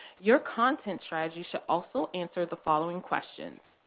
your content strategy should also answer the following questions.